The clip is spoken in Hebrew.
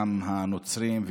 גם הנוצרים,